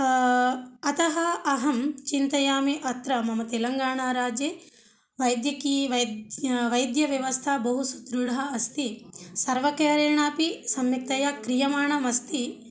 अतः अहं चिन्तयामि अत्र मम तेलङ्गाणराज्ये वैद्यकीय वैद्य वैद्यव्यवस्था बहु सुदृडा अस्ति सर्वकारेणपि सम्यक्तया क्रियमाणं अस्ति